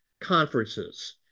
conferences